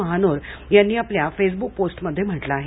महानोर यांनी आपल्या फेसबुक पोस्टमध्ये म्हटलं आहे